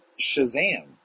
Shazam